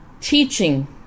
teaching